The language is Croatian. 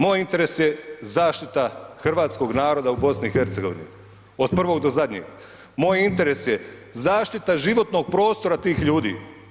Moj interes je zaštita hrvatskog narodu u BiH, od prvog do zadnjeg, moj interes je zaštita životnog prostora tih ljudi.